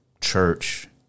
church